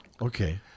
Okay